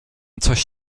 coś